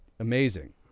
amazing